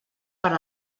per